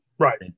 Right